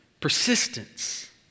persistence